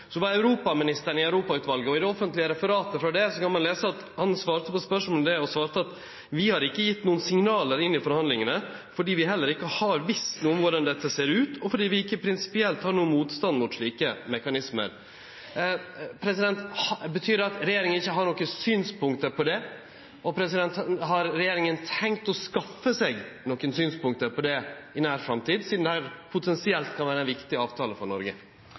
Så var europaministeren i møte i Europautvalet, og i det offentlege referatet kan ein lese at han på spørsmål om det svarte: «Vi har ikke gitt noen signaler inn i forhandlingene fordi vi heller ikke har visst noe om hvordan dette ser ut, og fordi vi ikke prinsipielt har noen motstand mot slike mekanismer.» Betyr det at regjeringa ikkje har nokon synspunkt på dette? Har regjeringa tenkt å skaffe seg nokon synspunkt på det i nær framtid, sidan dette potensielt kan vere ein viktig avtale for Noreg?